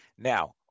Now